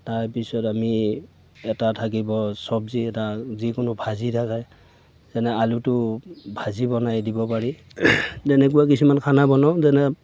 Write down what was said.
তাৰপিছত আমি এটা থাকিব চব্জি এটা যিকোনো ভাজি থাকে যেনে আলুটো ভাজি বনাই দিব পাৰি তেনেকুৱা কিছুমান খানা বনাওঁ যেনে